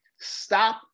Stop